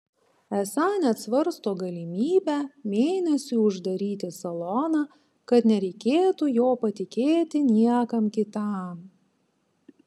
esą net svarsto galimybę mėnesiui uždaryti saloną kad nereikėtų jo patikėti niekam kitam